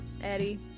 Eddie